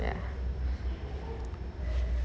ya